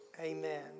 Amen